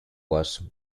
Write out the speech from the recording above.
was